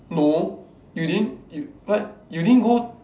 no you didn't what you didn't go